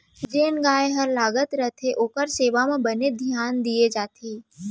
जेन गाय हर लागत रथे ओकर सेवा म बने धियान दिये जाथे